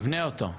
נבנה אותו.